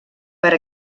per